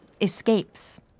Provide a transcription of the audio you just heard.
escapes